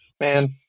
man